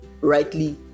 rightly